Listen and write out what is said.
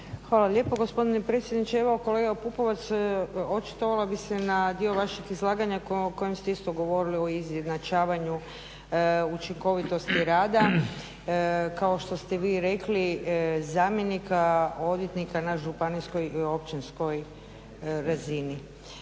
Hvala lijepo gospodine predsjedniče. Evo kolega Pupovac, očitovala bi se na dio vašeg izlaganja u kojem ste isto govorili o izjednačavanju učinkovitosti rada, kao što ste vi rekli, zamjenika odvjetnika na županijskoj i općinskoj razini.